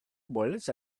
bullets